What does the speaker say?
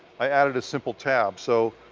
i added a simple tab. so,